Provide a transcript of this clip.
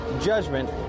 judgment